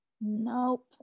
Nope